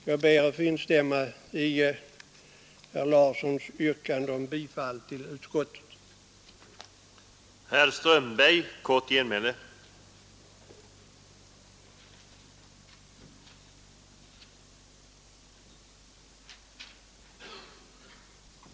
Jag ber att få instämma i herr Larssons yrkande om bifall till utskottets hemställan.